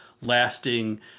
lasting